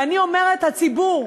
ואני אומרת: הציבור,